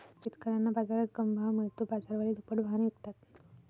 शेतकऱ्यांना बाजारात कमी भाव मिळतो, बाजारवाले दुप्पट भावाने विकतात